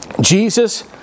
Jesus